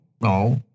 no